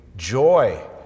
joy